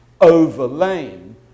overlain